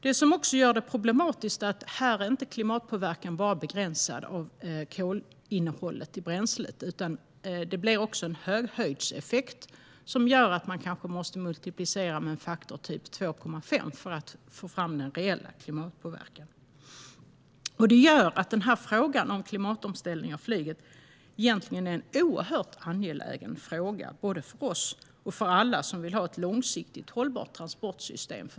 Det som också gör det problematiskt är att flygets klimatpåverkan inte är begränsad till enbart kolinnehållet i bränslet, utan det blir också en höghöjdseffekt som gör att man kanske måste multiplicera med typ faktor 2,5 för att få fram den reella klimatpåverkan. Detta gör att frågan om klimatomställning av flyget egentligen är en oerhört angelägen fråga, både för oss och för alla som vill ha ett långsiktigt hållbart transportsystem.